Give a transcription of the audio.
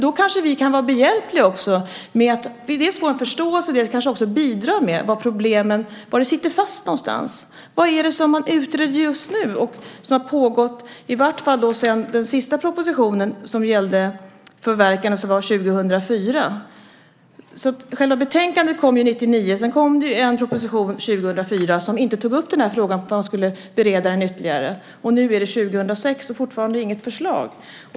Då kanske vi kan vara behjälpliga med att dels få en förståelse, dels också bidra med var det sitter fast. Vad är det som utreds just nu som har pågått sedan den senaste propositionen om förverkande lades fram 2004? Själva betänkandet lades fram 1999. Sedan kom en proposition 2004, som inte tog upp frågan eftersom den skulle beredas ytterligare. Nu är det 2006 och fortfarande finns inget förslag.